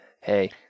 hey